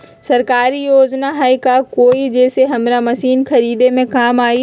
सरकारी योजना हई का कोइ जे से हमरा मशीन खरीदे में काम आई?